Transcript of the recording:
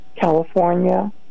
California